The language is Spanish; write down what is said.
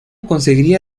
conseguiría